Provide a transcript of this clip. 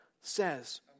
says